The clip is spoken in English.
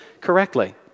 correctly